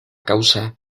causa